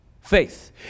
Faith